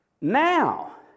Now